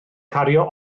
cario